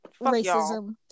Racism